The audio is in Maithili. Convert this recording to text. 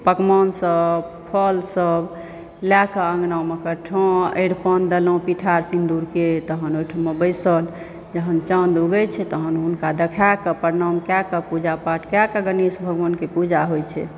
पकवानसभ फलसभ लैक अँगनामऽ कऽ ठाँ अरिपन देलहुँ पिठार सिन्दूरके तहन ओहिठाम बैसल जहन चाँद उगैत छै तहन हुनका देखैके प्रणाम कएकऽ पूजा पाठ कएकऽ गणेश भगवानके पूजा होयत छै